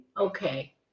Okay